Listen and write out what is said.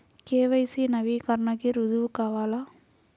KYC నవీకరణకి రుజువు కావాలా?